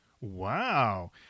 Wow